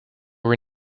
were